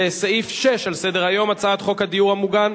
לסעיף 6 על סדר-היום: הצעת חוק הדיור המוגן.